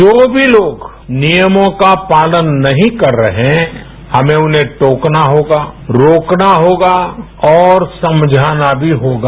जो भी लोग नियमों का पालन नहीं कर रहे हमेंउन्हें टोकना होगा रोकना होगा और समझाना भी होगा